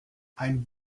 ein